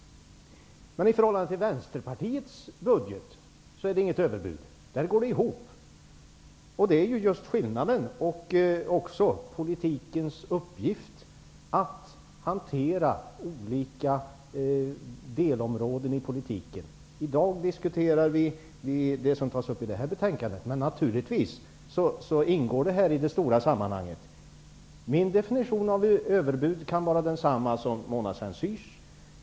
Men i förhållande till Vänsterpartiets budget är det inget överbud. Där går det i hop. Det är just skillnaden. Politikens uppgift är att hantera olika delområden i politiken. I dag diskuterar vi det som tas upp i detta betänkande, men naturligtvis ingår detta i det stora sammanhanget. Min definition av överbud kan vara densamma som Mona Saint Cyrs.